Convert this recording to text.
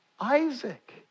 Isaac